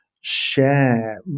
share